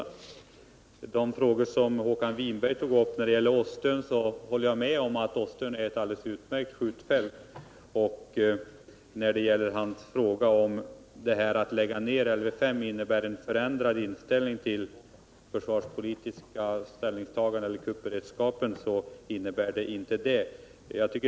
Vad gäller de frågor som Håkan Winberg tog upp håller jag med om att Åstön är ett alldeles utmärkt skjutfält. På hans fråga om en nedläggning av Lv 5 innebär ett ändrat försvarspolitiskt ställningstagande när det gäller kuppberedskapen vill jag säga att så inte är fallet.